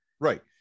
right